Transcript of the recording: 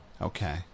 Okay